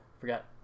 forgot